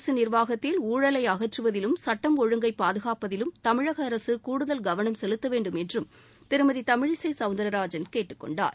அரசுநிர்வாகத்தில் ஊழலைஅகற்றுவதிலும் சட்டஒழுங்கை பாதுகாப்பதிலும் தமிழகஅரசுகூடுதல் கவளம் செலுத்தவேண்டும் என்றும் திருமதிதமிழிசைசவுந்தரராஜன் கேட்டுக் கொண்டார்